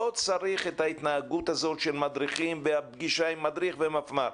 לא צריך את ההתנהגות הזאת של מדריכים ופגישה עם מדריך ועם מפמ"ר,